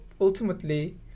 ultimately